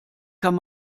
kann